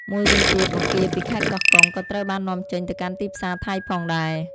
មួយវិញទៀត បង្គាពីខេត្តកោះកុងក៏ត្រូវបាននាំចេញទៅកាន់ទីផ្សារថៃផងដែរ។